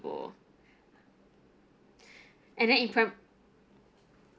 go and then in primary